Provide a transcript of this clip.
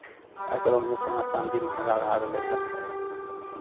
आइ काल्हि ओहिना सोना चाँदी महँगा भए गेलैए